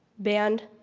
band,